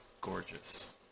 Gorgeous